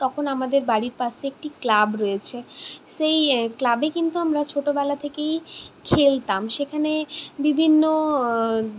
তখন আমাদের বাড়ির পাশে একটি ক্লাব রয়েছে সেই ক্লাবে কিন্তু আমরা ছোটবেলা থেকেই খেলতাম সেখানে বিভিন্ন